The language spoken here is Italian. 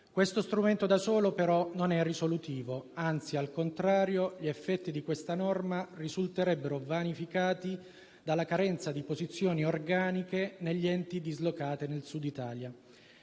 Questo strumento da solo, però, non è risolutivo; anzi, al contrario, gli effetti di questa norma risulterebbero vanificati dalla carenza di posizioni organiche negli enti dislocati nel Sud Italia.